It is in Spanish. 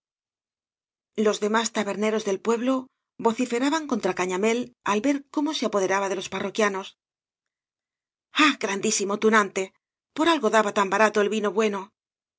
los demás taberneros del pueblo vociferaban contra cañamél al ver cómo se apoderaba de los parroquianos ah grandísimo tunante por algo daba tan barato el vino bueno lo